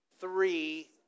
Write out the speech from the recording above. three